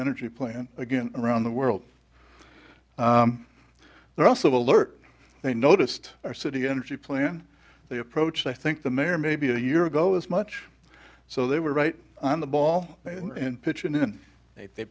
energy plan again around the world they're also alert they noticed our city energy plan they approached i think the mayor maybe a year ago as much so they were right on the ball and pitch in and they